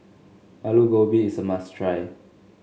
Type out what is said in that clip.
Alu Gobi is a must try